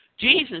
Jesus